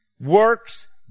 works